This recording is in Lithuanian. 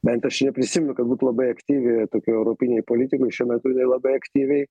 bent aš neprisimenu kad būtų labai aktyvi tokioj europinėj politikoj šiuo metu labai aktyviai